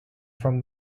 from